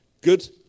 Good